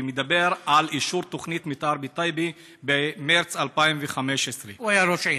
והוא מדבר על אישור תוכנית מתאר לטייבה במרס 2015. הוא היה ראש העיר.